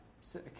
sick